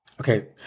Okay